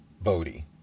Bodhi